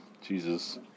Jesus